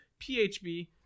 PHB